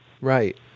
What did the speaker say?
Right